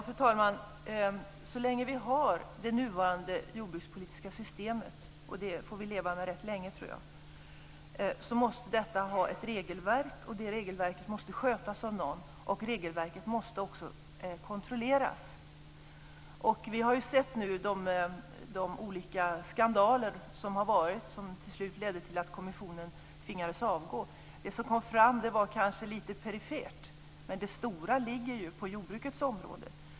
Fru talman! Så länge vi har det nuvarande jordbrukspolitiska systemet, och det tror jag att vi får leva med rätt länge, måste detta ha ett regelverk. Detta regelverk måste skötas av någon, och det måste också kontrolleras. Vi har ju sett de olika skandaler som har skett, som till slut ledde till att kommissionen tvingades att avgå. Det som kom fram var kanske lite perifert, men det stora ligger ju på jordbrukets område.